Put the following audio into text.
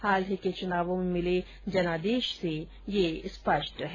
हाल के चुनावों में मिले जनादेश से यह स्पष्ट है